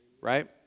right